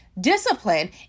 Discipline